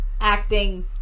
acting